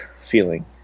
feeling